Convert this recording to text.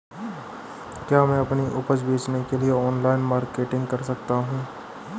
क्या मैं अपनी उपज बेचने के लिए ऑनलाइन मार्केटिंग कर सकता हूँ?